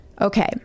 Okay